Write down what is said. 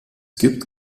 gibt